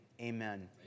amen